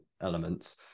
elements